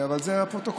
אבל זה לפרוטוקול.